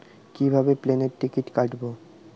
কিভাবে প্লেনের টিকিট কাটব?